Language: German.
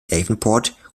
davenport